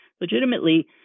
legitimately